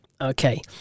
Okay